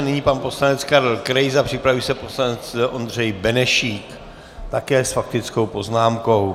Nyní pan poslanec Karel Krejza, připraví se poslanec Ondřej Benešík, také s faktickou poznámkou.